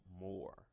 more